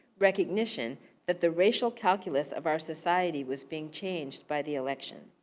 recognition that the racial calculus of our society was being changed by the election.